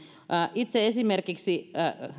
itse esimerkiksi